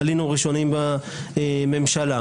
היינו ראשונים בזה בממשלה.